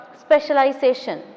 specialization